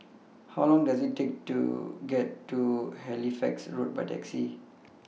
How Long Does IT Take to get to Halifax Road By Taxi